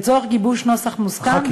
לצורך גיבוש נוסח מוסכם,